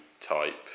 type